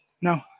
No